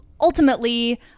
ultimately